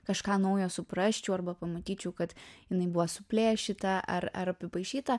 kažką naujo suprasčiau arba pamatyčiau kad jinai buvo suplėšyta ar ar apipaišyta